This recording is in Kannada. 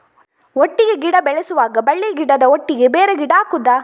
ಒಟ್ಟಿಗೆ ಗಿಡ ಬೆಳೆಸುವಾಗ ಬಳ್ಳಿ ಗಿಡದ ಒಟ್ಟಿಗೆ ಬೇರೆ ಗಿಡ ಹಾಕುದ?